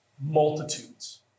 Multitudes